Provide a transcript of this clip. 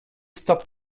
stop